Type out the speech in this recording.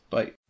Bye